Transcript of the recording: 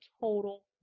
total